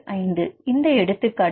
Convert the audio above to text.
12345 இந்த எடுத்துக்காட்டில் nci 5